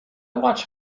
watch